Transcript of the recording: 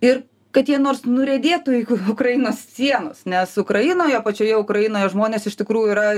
ir kad jie nors nuriedėtų iki ukrainos sienos nes ukrainoje pačioje ukrainoje žmonės iš tikrųjų yra